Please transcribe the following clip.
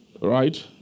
right